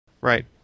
Right